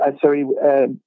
sorry